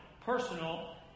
personal